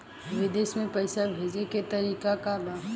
विदेश में पैसा भेजे के तरीका का बा?